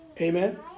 Amen